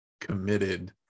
committed